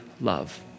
love